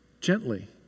Gently